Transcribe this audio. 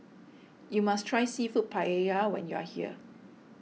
you must try Seafood Paella when you are here